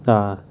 ya